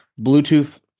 Bluetooth